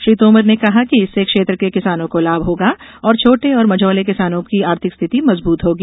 श्री तोमर ने कहा कि इससे क्षेत्र के किसानों को लाभ होगा और छोटे और मझोले किसानों की आर्थिक स्थिति मजबूत होगी